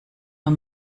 nur